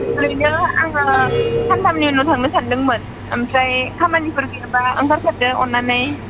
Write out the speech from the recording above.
ओरैनो आङो सानथामनि उनाव थांनो सानदोंमोन ओमफ्राय खामानिफोर गैयाबा ओंखारफादो अननानै